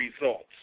results